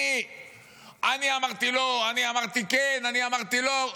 אני אמרתי לא, אני אמרתי כן, אני אמרתי לא.